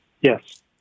Yes